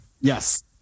Yes